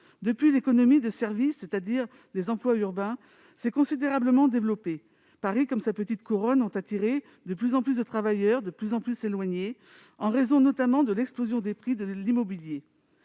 Depuis, l'économie de services, c'est-à-dire des emplois urbains, s'est considérablement développée. Paris comme sa petite couronne ont attiré de plus en plus de travailleurs, de plus en plus éloignés, en raison notamment de l'explosion des prix de l'immobilier.